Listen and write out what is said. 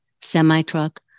semi-truck